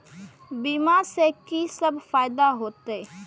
बीमा से की सब फायदा होते?